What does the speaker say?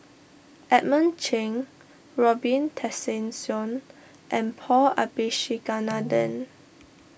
Edmund Cheng Robin Tessensohn and Paul Abisheganaden